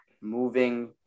moving